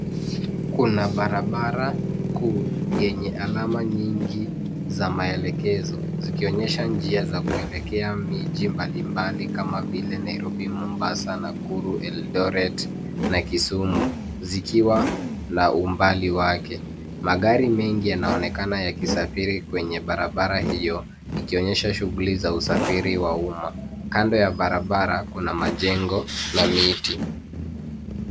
Kuna barabara kuu yenye alama nyingi za maelekezo, zikionyesha njia za kuelekea miji mbalimbali kama vile Nairobi, Mombasa, Nakuru, Eldoret, na Kisumu, zikiwa na umbali wake. Magari mengi yanaonekana yakisafiri kwenye barabara hiyo, ikionyesha shughuli za usafiri wa umma. Kando ya barabara, kuna majengo na miti.